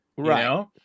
Right